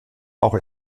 auch